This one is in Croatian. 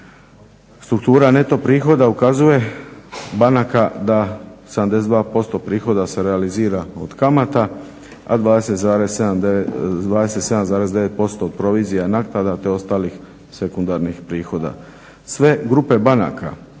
Struktura neto prihoda ukazuje, banaka da 72% prihoda se realizira od kamata, a 27,9% od provizija, naknada te ostalih sekundarnih prihoda. Sve grupe banaka